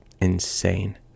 insane